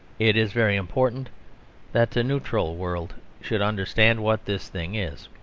it is very important that the neutral world should understand what this thing is.